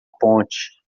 ponte